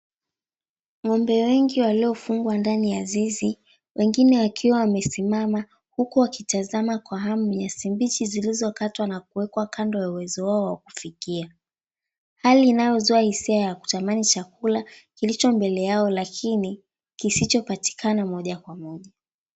Ng'ombe wengi waliofungwa ndani ya zizi wengine wakiwa wamesimama huku wakitazama kwa hamu nyasi mbichi zilizokatwa na kuwekwa kando ya uwezo wao wa kufika hali inayozua hisia ya kutamani chakula kilicho mbele yao lakini kisichopatikana moja kwa moja.